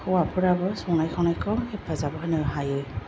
हौवाफोराबो संनाय खावनायखौ हेफाजाब होनो हायो